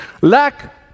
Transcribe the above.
lack